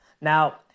Now